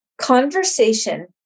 Conversation